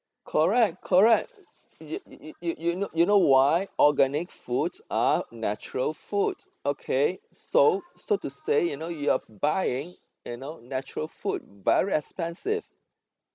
correct correct you you you you know you know why organic foods are natural foods okay so so to say you know you are buying you know natural food very expensive